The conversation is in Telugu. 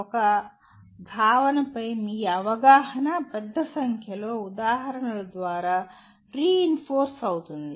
ఒక భావనపై మీ అవగాహన పెద్ద సంఖ్యలో ఉదాహరణల ద్వారా రీయిన్ఫోర్స్ అవుతుంది